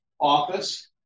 office